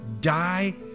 die